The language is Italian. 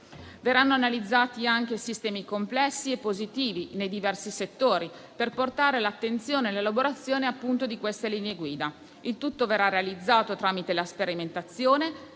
Verranno analizzati anche i sistemi complessi e positivi nei diversi settori per portarli all'attenzione nell'elaborazione di queste linee guida. Il tutto verrà realizzato tramite la sperimentazione,